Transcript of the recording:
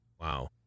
Wow